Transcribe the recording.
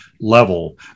level